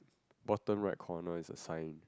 bottom right corner is a sign